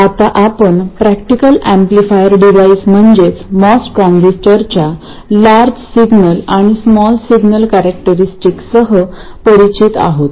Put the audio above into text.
आता आपण practical amplifier device म्हणजेच मॉस ट्रान्झिस्टरच्या लार्ज सिग्नल आणि स्मॉल सिग्नल कॅरक्टरिस्टीकसह परिचित आहोत